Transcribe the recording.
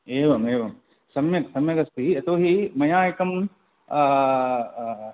एवम एवं सम्यक् सम्यगस्ति यतोहि मया एकं